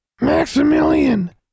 Maximilian